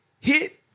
hit